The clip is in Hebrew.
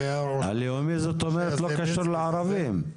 הלאומי זאת אומרת לא קשור לערבים.